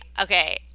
Okay